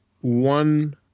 one